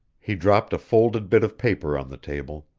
he dropped a folded bit of paper on the table.